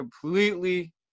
completely